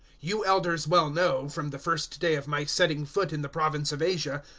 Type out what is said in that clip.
you elders well know, from the first day of my setting foot in the province of asia,